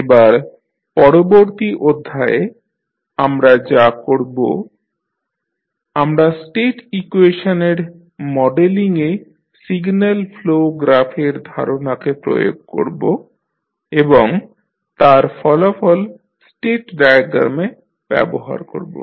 এবার পরবর্তী অধ্যায়ে আমরা যা করব আমরা স্টেট ইকুয়েশনের মডেলিং এ সিগন্যাল ফ্লো গ্রাফের ধারণাকে প্রয়োগ করব এবং তার ফলাফল স্টেট ডায়াগ্রামে ব্যবহার করব